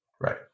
right